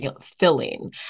filling